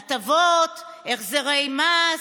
הטבות, החזרי מס,